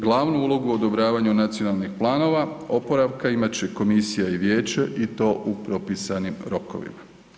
Glavnu ulogu u odobravanju nacionalnih planova oporavka, imat će Komisija i Vijeće i to u propisanim rokovima.